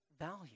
value